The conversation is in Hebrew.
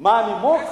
מה הנימוק?